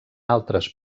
altres